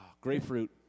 grapefruit